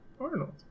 Arnold